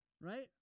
Right